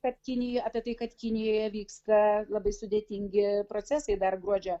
kad kinija apie tai kad kinijoje vyksta labai sudėtingi procesai dar gruodžio